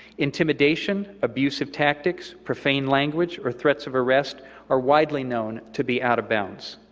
intimidation, abusive tactics, profane language, or threats of arrest are widely known to be out of bounds.